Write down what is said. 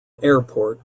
airport